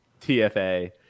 tfa